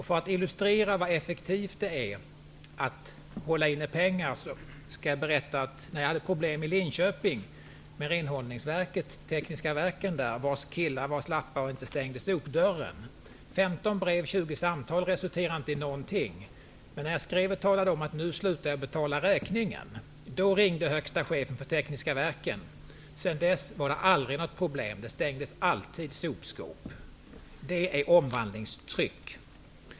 För att illustrera hur effektivt det är att hålla inne pengar skall jag berätta följande. Jag hade problem med Tekniska verken i Linköping, vars killar var slappa och inte stängde sopdörren. 15 brev och 20 samtal resulterade inte i någonting. När jag skrev och talade om att jag nu slutar att betala räkningen ringde högsta chefen på Tekniska verken. Efter det var det aldrig något problem. Sopskåpet stängdes alltid. Det är omvandlingstryck.